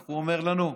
איך הוא אומר לנו?